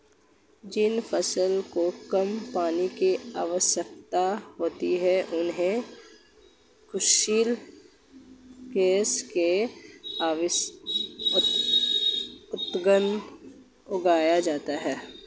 जिन फसलों को कम पानी की आवश्यकता होती है उन्हें शुष्क कृषि के अंतर्गत उगाया जाता है